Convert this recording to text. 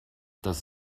das